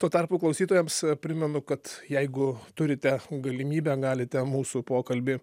tuo tarpu klausytojams primenu kad jeigu turite galimybę galite mūsų pokalbį